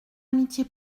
amitié